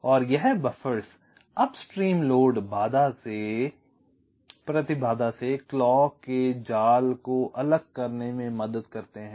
और यह buffers upstream load प्रतिबाधा से क्लॉक के जाल को अलग करने में मदद करते हैं